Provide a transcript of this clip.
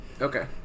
Okay